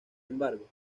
embargo